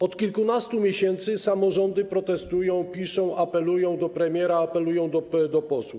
Od kilkunastu miesięcy samorządy protestują, piszą, apelują do premiera, apelują do posłów.